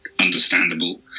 understandable